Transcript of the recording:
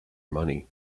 money